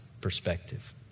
perspective